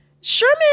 Sherman